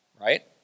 Right